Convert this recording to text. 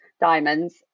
diamonds